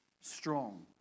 strong